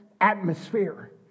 atmosphere